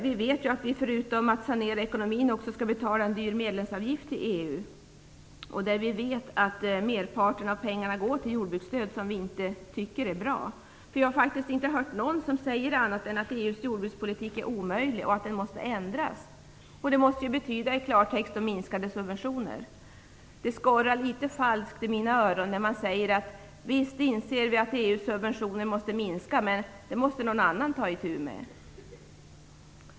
Vi vet att vi förutom att sanera ekonomin också skall betala en hög medlemsavgift till EU, och vi vet att merparten av EU:s pengar går till jordbruksstöd som vi inte tycker är bra. Jag har faktiskt inte hört någon som säger annat än att EU:s jordbrukspolitik är omöjlig och att den måste ändras, och det måste ju i klartext betyda minskade subventioner. Det skorrar litet falskt i mina öron när man säger: Visst inser vi att EU:s subventioner måste minska, men det måste någon annan ta itu med.